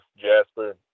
jasper